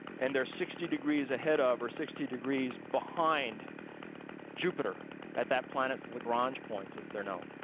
and they're sixty degrees ahead of or sixty degrees behind jupiter at that planet's lagrange points, as they're known.